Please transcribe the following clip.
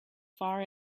far